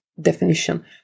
definition